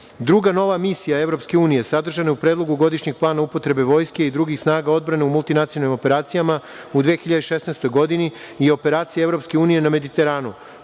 nova misija EU sadržana je u Predlogu godišnjeg plana upotrebe Vojske i drugih snaga odbrane u multinacionalnim operacijama u 2016. godini i operacija EU na Mediteranu,